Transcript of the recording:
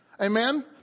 Amen